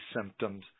symptoms